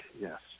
yes